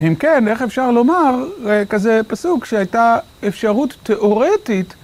אם כן, איך אפשר לומר, כזה פסוק שהייתה אפשרות תאורטית.